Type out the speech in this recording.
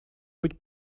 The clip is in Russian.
быть